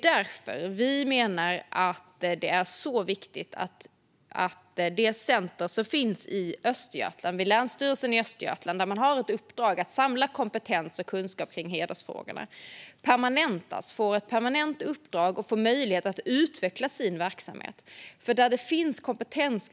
Därför är det viktigt att det centrum som finns vid Länsstyrelsen Östergötland och som har till uppdrag att samla kompetens och kunskap om hedersfrågor permanentas och får möjlighet att utveckla sin verksamhet och kompetens.